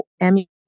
Emmy